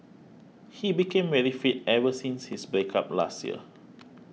he became very fit ever since his break up last year